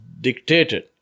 dictated